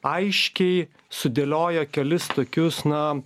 aiškiai sudėliojo kelis tokius na